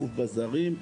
גוף בזרים,